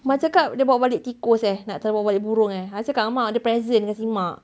mak cakap dia bawa balik tikus eh nak try bawa balik burung eh habis cakap dengan mak dia present kasi mak